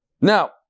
Now